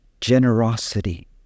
generosity